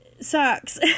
sucks